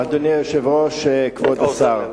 אדוני היושב-ראש, כבוד השר,